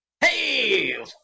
Hey